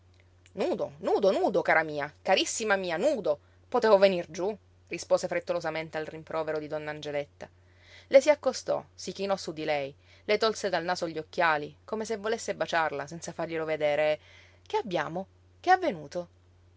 nudo nudo nudo cara mia carissima mia nudo potevo venir giú rispose frettolosamente al rimprovero di donna angeletta le si accostò si chinò su lei le tolse dal naso gli occhiali come se volesse baciarla senza farglielo vedere e che abbiamo che è avvenuto